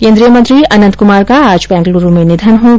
केन्द्रीय मंत्री अनंत कुमार का आज बैंगलुरू में निधन हो गया